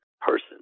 person